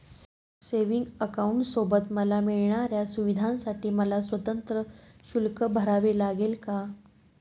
Savings अकाउंटसोबत मला मिळणाऱ्या सुविधांसाठी मला स्वतंत्र शुल्क भरावे लागेल का?